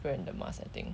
brand 的 mask I think